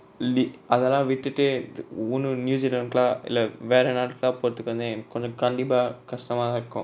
li~ அதலா விட்டுட்டு:athala vittutu ஒன்னு:onnu new zealand கா இல்ல வேர நாட்டுக்கா போரதுக்கு வந்து கொஞ்சோ கண்டிப்பா கஷ்டமாதா இருக்கு:ka illa vera naatuka porathuku vanthu konjo kandippa kastamatha iruku